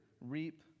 reap